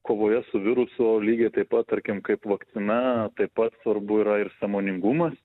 kovoje su viruso lygiai taip pat tarkim kaip vakcina taip pat svarbu yra ir sąmoningumas